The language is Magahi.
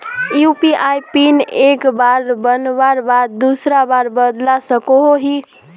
यु.पी.आई पिन एक बार बनवार बाद दूसरा बार बदलवा सकोहो ही?